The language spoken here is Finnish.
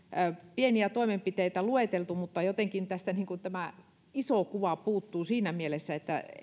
pieniä toimenpiteitä lueteltu mutta jotenkin tästä iso kuva puuttuu siinä mielessä että